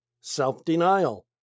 self-denial